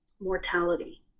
mortality